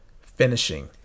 finishing